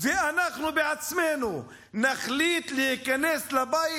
ואנחנו בעצמנו נחליט להיכנס לבית,